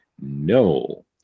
No